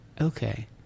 Okay